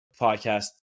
podcast